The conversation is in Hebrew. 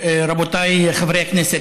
רבותיי חברי הכנסת,